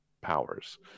powers